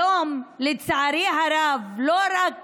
היום, לצערי הרב, לא רק